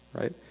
right